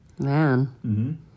man